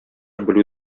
белү